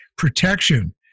protection